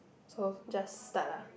so just start ah